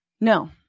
No